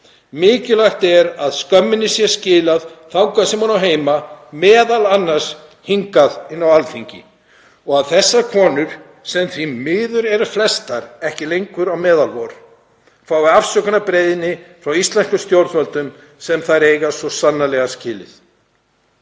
Mikilvægt er að skömminni sé skilað þangað sem hún á heima, m.a. hingað inn á Alþingi, og að þessar konur, sem því miður eru flestar ekki lengur á meðal vor, fái afsökunarbeiðni frá íslenskum stjórnvöldum sem þær eiga svo sannarlega skilið.